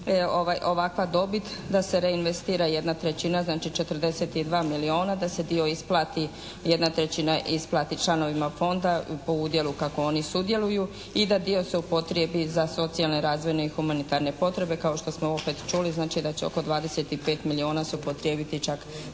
ovakva dobit, da se reinvestira jedne trećina, znači, 42 milijuna, da se dio isplati, jedna trećina isplati članovima Fonda po udjelu kako oni sudjeluju i da dio se upotrijebi za socijalne, razvojne i humanitarne potrebe kao što smo opet čuli. Znači, da će oko 25 milijuna se upotrijebiti čak